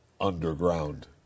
underground